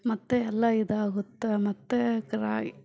ಮತ್ತೆ ಎಲ್ಲ ಇದಾಗುತ್ತಾ ಮತ್ತೆ ರಾಗಿ